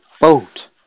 boat